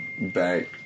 back